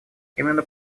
именно